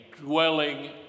dwelling